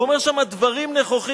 הוא אומר שם דברים נכוחים.